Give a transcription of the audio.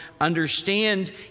understand